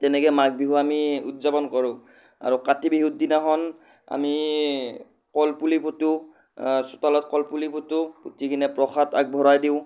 তেনেকৈ মাঘ বিহু আমি উদযাপন কৰোঁ আৰু কাতি বিহুৰ দিনাখন আমি কলপুলি পুতোঁ চোতালত কলপুলি পুতোঁ পুতি কিনে প্ৰসাদ আগবঢ়াই দিওঁ